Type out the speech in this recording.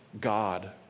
God